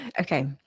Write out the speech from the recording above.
Okay